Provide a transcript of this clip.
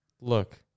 Look